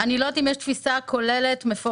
אני לא יודעת אם יש תפיסה כוללת מפורטת,